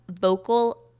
vocal